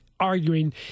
arguing